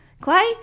Clay